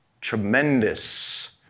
tremendous